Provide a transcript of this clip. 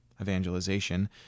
evangelization